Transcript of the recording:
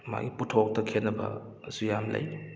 ꯃꯥꯒꯤ ꯄꯣꯊꯣꯛꯇ ꯈꯦꯠꯅꯕ ꯑꯁꯤ ꯌꯥꯝ ꯂꯩ